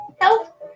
help